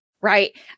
right